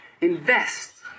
Invest